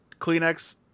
Kleenex